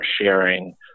sharing